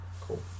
cool